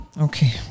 okay